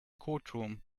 courtroom